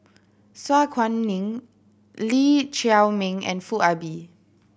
Su Guaning Lee Chiaw Meng and Foo Ah Bee